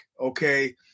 Okay